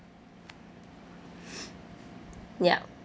yup